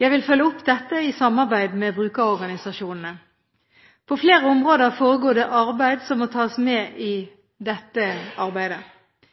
Jeg vil følge opp dette i samarbeid med brukerorganisasjonene. På flere områder foregår det viktig arbeid som må tas med i